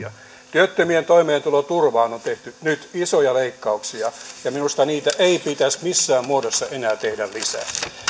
työttömien toimeentuloturvaan on tehty nyt isoja leikkauksia ja minusta niitä ei pitäisi missään muodossa enää tehdä lisää meidän